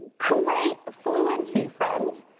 great fluency, friends.